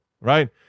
right